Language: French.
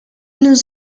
nous